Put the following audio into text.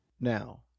Now